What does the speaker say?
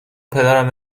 پدرم